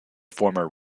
former